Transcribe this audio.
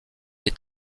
est